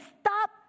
stop